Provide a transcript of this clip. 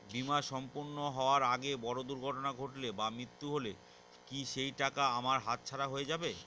বীমা সম্পূর্ণ হওয়ার আগে বড় দুর্ঘটনা ঘটলে বা মৃত্যু হলে কি সেইটাকা আমার হাতছাড়া হয়ে যাবে?